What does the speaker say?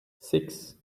six